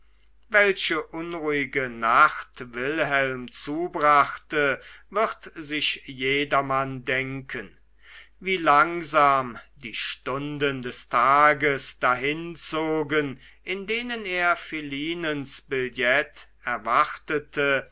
welche unruhige nacht wilhelm zubrachte wird sich jedermann denken wie langsam die stunden des tages dahinzogen in denen er philinens billett erwartete